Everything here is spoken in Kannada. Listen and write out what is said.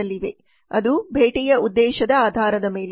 ಅದು ಭೇಟಿಯ ಉದ್ದೇಶದ ಆಧಾರದ ಮೇಲೆ